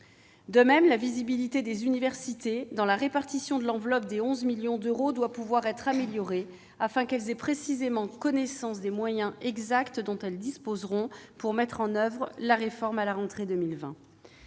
De même, la visibilité des universités sur la répartition de l'enveloppe de 11 millions d'euros doit être améliorée, pour qu'elles aient connaissance des moyens exacts dont elles disposeront pour mettre en oeuvre la réforme à la rentrée